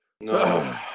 No